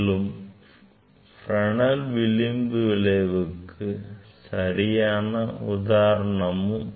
மேலும் Fresnel விளிம்பு விளைவுக்கு சரியான உதாரணமாகும்